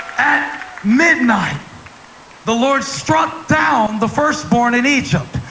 at midnight the lord struck down the firstborn in egypt.